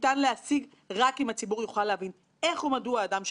גם כשישבנו כוועדת משנה בוועדת הכלכלה בראשותי,